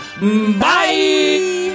bye